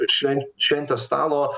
šven šventės stalo